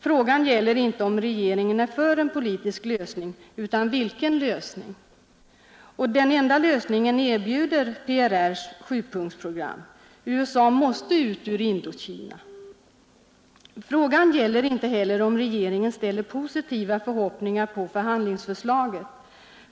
Frågan gäller inte om regeringen är för en politisk lösning utan vilken lösning. Och den enda lösningen erbjuder PRR:s sjupunktsprogram. USA måste ut ur Indokina. Frågan gäller inte heller om regeringen ställer positiva förhoppningar på förhandlingsförslaget.